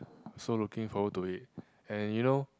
so looking forward to it and you know